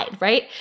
right